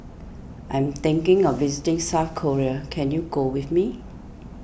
I am thinking of visiting South Korea can you go with me